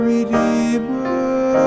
Redeemer